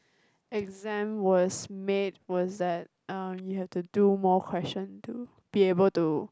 exam was made was that uh you have to do more question to be able to